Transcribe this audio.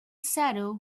shadow